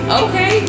okay